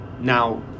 Now